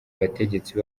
bategetsi